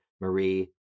Marie